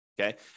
okay